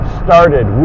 started